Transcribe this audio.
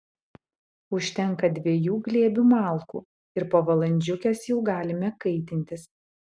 užtenka dviejų glėbių malkų ir po valandžiukės jau galime kaitintis